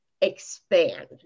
expand